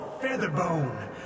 Featherbone